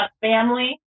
family